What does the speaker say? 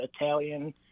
Italian